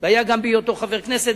והיה כך גם בהיותו חבר כנסת,